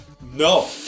No